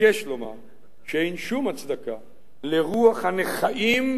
שאין שום הצדקה לרוח הנכאים המרחפת